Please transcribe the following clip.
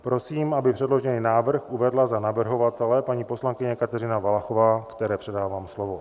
Prosím, aby předložený návrh uvedla za navrhovatele paní poslankyně Kateřina Valachová, které předávám slovo.